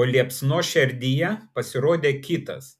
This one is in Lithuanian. o liepsnos šerdyje pasirodė kitas